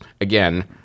again